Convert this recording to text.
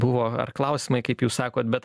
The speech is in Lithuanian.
buvo ar klausimai kaip jūs sakot bet